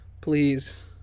Please